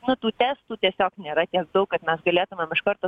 na tų testų tiesiog nėra tiek daug kad mes galėtumėm iš karto